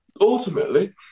ultimately